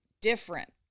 different